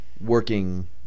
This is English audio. working